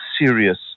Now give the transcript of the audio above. serious